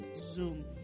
Zoom